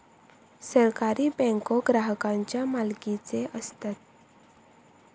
सहकारी बँको ग्राहकांच्या मालकीचे असतत